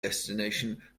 destination